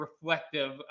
reflective